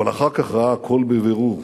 אבל אחר כך ראה הכול בבירור.